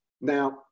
Now